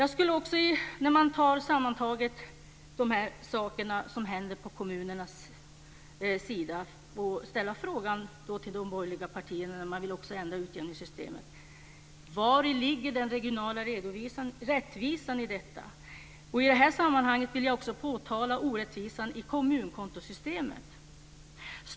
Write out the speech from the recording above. Jag skulle också, när man sammantaget tar dessa saker som händer på kommunernas sida, vilja ställa frågan till de borgerliga partierna som vill ändra utjämningssystemet: Vari ligger den regionala rättvisan i detta? I det här sammanhanget vill jag också påtala orättvisan i kommunkontosystemet.